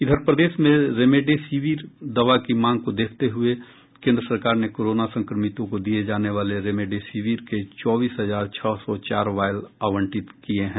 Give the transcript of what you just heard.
इधर प्रदेश में रेमडेसिविर दवा की मांग को देखते हुये केंद्र सरकार ने कोरोना संक्रमितों को दिये जाने वाले रेमडेसिविर के चौबीस हजार छह सौ चार वॉयल आवंटित कर दिये है